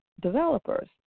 developers